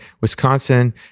Wisconsin